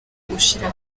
gushyira